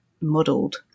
muddled